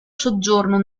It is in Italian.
soggiorno